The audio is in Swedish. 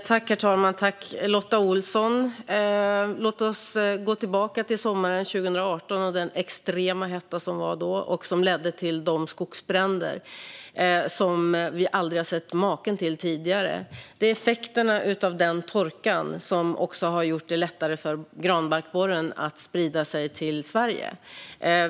Herr talman! Tack, Lotta Olsson! Låt oss tänka tillbaka till sommaren 2018 och den extrema hettan då, som ledde till skogsbränder som vi aldrig tidigare sett maken till. Det är effekterna av den torkan som har gjort det lättare för granbarkborren att sprida sig till Sverige.